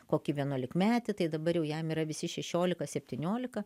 kokį vienuolikmetį tai dabar jau jam yra visi šešiolika septyniolika